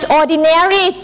ordinary